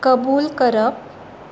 कबूल करप